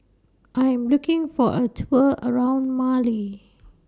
I Am looking For A Tour around Mali